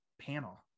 panel